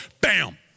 bam